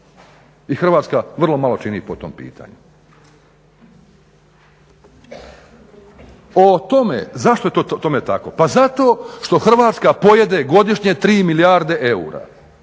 I Hrvatska vrlo malo čini po tom pitanju. O tome zašto je tome tako? Pa zato što Hrvatska pojede godišnje 3 milijarde eura